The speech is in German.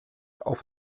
auf